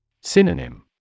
Synonym